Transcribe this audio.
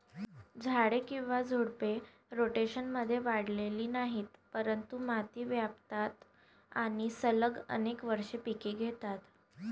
झाडे किंवा झुडपे, रोटेशनमध्ये वाढलेली नाहीत, परंतु माती व्यापतात आणि सलग अनेक वर्षे पिके घेतात